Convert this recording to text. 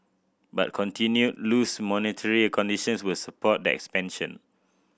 but continued loose monetary conditions will support the expansion